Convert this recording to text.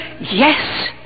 yes